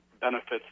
benefits